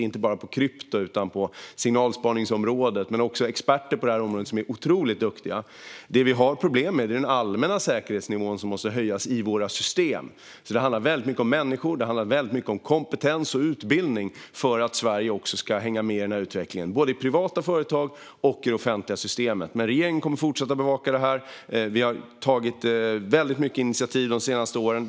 Inte bara på krypto utan också på signalspaningsområdet finns det experter som är otroligt duktiga på detta. Det vi har problem med är den allmänna säkerhetsnivån i våra system, som måste höjas. Det handlar mycket om människor. Det handlar om kompetens och utbildning för att Sverige ska hänga med i utvecklingen, både i privata företag och i det offentliga systemet. Regeringen kommer att fortsätta bevaka detta. Vi har tagit väldigt många initiativ de senaste åren.